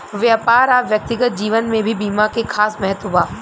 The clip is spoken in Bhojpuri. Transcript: व्यापार आ व्यक्तिगत जीवन में भी बीमा के खास महत्व बा